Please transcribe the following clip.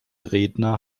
redner